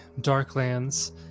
Darklands